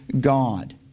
God